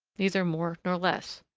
neither more nor less.